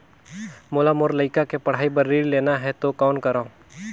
मोला मोर लइका के पढ़ाई बर ऋण लेना है तो कौन करव?